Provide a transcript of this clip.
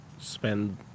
spend